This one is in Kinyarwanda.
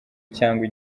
cyangwa